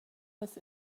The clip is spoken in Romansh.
las